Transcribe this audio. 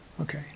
Okay